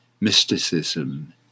mysticism